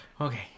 okay